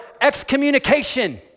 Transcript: excommunication